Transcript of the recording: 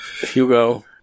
Hugo